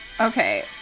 Okay